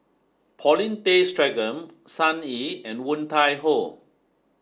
Paulin Tay Straughan Sun Yee and Woon Tai Ho